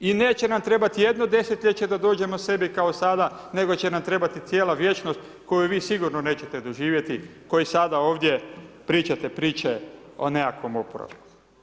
I neće nam trebati jedno desetljeće da dođemo sebi kao sada nego će nam trebati cijela vječnost koju vi sigurno nećete doživjeti koji sada ovdje pričate priče o nekakvom oporavku.